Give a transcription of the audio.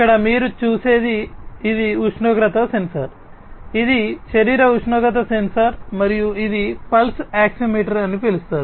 ఇక్కడ మీరు చూసేది ఇది ఉష్ణోగ్రత సెన్సార్ ఇది శరీర ఉష్ణోగ్రత సెన్సార్ మరియు ఇది పల్స్ ఆక్సిమీటర్ అని పిలుస్తారు